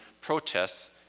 protests